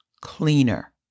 Cleaner